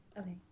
Okay